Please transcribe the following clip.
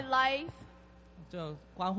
life